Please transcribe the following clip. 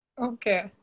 Okay